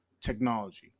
technology